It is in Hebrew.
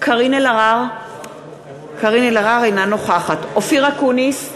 קארין אלהרר, אינה נוכחת אופיר אקוניס,